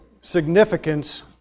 significance